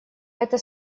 это